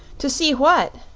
to see what?